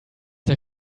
der